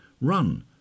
Run